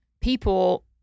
people